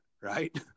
right